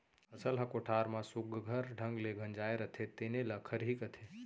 फसल ह कोठार म सुग्घर ढंग ले गंजाय रथे तेने ल खरही कथें